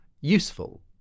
useful